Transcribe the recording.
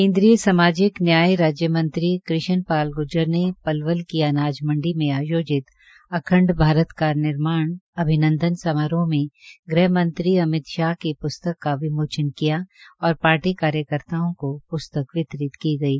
केन्द्रीय सामाजिक न्याय राज्य मंत्री कष्णपाल गुर्जर ने पलवल की अनाज मंडी में आयोजित अखंड भारत का निर्माण अभिनंदन समारोह में गृह मंत्री अमित शाह की प्रस्तक का विमाचन किया और पार्टी कार्यकर्ताओं को पुस्तक वितरित की गई